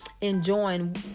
enjoying